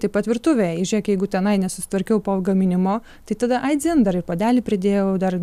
taip pat virtuvėj žėk jeigu tenai nesusitvarkiau po gaminimo tai tada ai dzin dar ir puodelį pridėjau dar